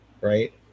Right